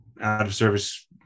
out-of-service